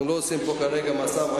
אנחנו לא עושים פה כרגע משא-ומתן.